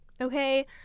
Okay